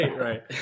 right